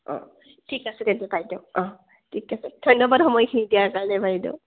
অঁ ঠিক আছে তেতিয়া বাইদেউ অঁ ঠিক আছে ধন্যবাদ সময়খিনি দিয়াৰ কাৰণে বাইদেউ